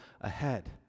ahead